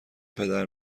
پدر